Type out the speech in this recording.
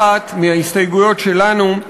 אחת מההסתייגויות שלנו,